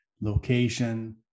location